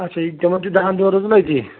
اَچھا یہِ تِمن چھُ دَہن دۄہن روزُن أتی